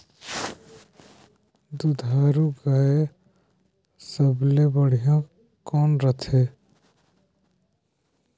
दुधारू गाय सबले बढ़िया कौन रथे?